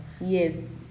yes